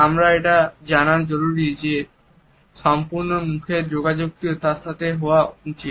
আমাদের এটা জানা জরুরী যে সম্পূর্ণ মুখের যোগাযোগটিও তার সাথে হওয়া উচিত